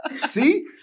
See